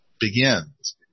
begins